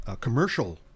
commercial